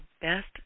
best